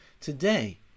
today